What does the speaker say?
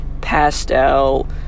pastel